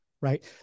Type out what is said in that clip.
right